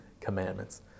commandments